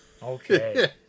Okay